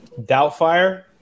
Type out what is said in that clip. Doubtfire